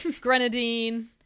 Grenadine